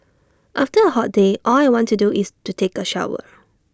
after A hot day all I want to do is to take A bath